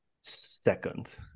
second